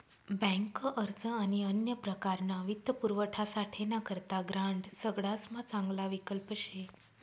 bank अर्ज आणि अन्य प्रकारना वित्तपुरवठासाठे ना करता ग्रांड सगडासमा चांगला विकल्प शे